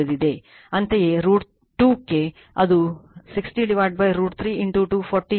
ಅಂತೆಯೇ √ 2 ಕ್ಕೆ ಅದು 60 √ 3 240 0